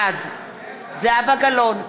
בעד זהבה גלאון,